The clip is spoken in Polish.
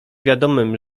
wiadomym